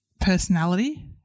personality